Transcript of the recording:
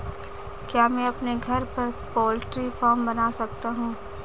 क्या मैं अपने घर पर पोल्ट्री फार्म बना सकता हूँ?